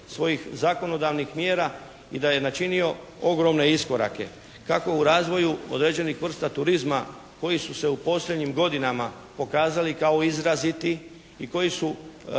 svojih zakonodavnih mjera i da je načinio ogromne iskorake kako u razvoju određenih vrsta turizma koji su se u posljednjim godinama pokazali kao izraziti i koji su